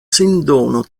sindono